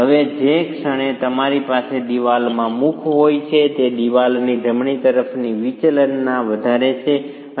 હવે જે ક્ષણે તમારી પાસે દિવાલમાં મુખ હોય છે તે દિવાલની જમણી તરફની વિચલનને વધારે છે